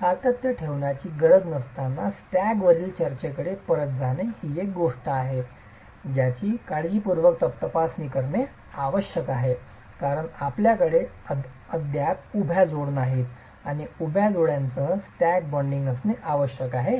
सातत्य ठेवण्याची गरज नसताना स्टॅगरवरील चर्चेकडे परत जाणे ही एक गोष्ट आहे ज्याची काळजीपूर्वक तपासणी करणे आवश्यक आहे कारण आपल्याकडे अद्याप उभ्या जोड नाहीत उभ्या जोड्यांसह स्टॅक बाँडिंग असणे आवश्यक आहे